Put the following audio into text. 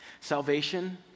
Salvation